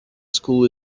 school